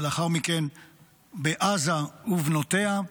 ולאחר מכן בעזה ובנותיה.